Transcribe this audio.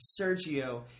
Sergio